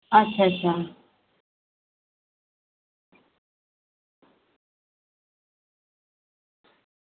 अच्छा अच्छा